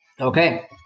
Okay